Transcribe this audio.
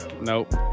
Nope